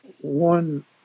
one